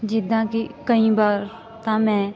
ਜਿੱਦਾਂ ਕਿ ਕਈ ਵਾਰ ਤਾਂ ਮੈਂ